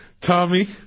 Tommy